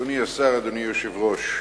אדוני השר, אדוני היושב-ראש,